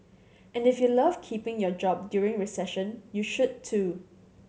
and if you love keeping your job during recession you should too